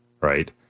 right